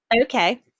okay